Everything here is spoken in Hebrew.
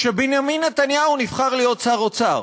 כשבנימין נתניהו נבחר להיות שר אוצר,